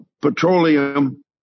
petroleum